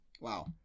Wow